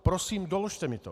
Prosím doložte mi to.